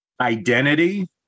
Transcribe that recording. identity